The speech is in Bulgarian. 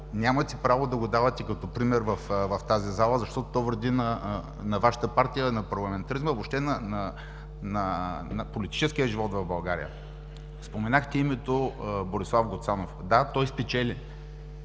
нямате право да давате като пример в тази зала, защото вреди на Вашата партия, на парламентаризма, въобще на политическия живот в България. Споменахте името Борислав Гуцанов. Да, той спечели